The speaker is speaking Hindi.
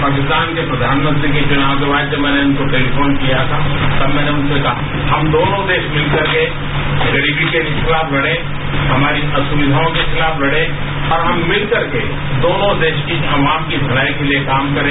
पाकिस्तान के प्रधानमंत्री के चुनाव के बाद जब मैंने उनको टेलिफोन किया था तब मैंने उनसे कहा कि हम दोनों देश मिलकर गरीबी के खिलाफ लड़े हमारी असुविधाओं के खिलाफ लड़े हम दोनों मिलकरके दोनों देश की अवाम की भलाई के लिए काम करें